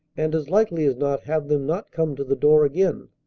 and as likely as not have them not come to the door again.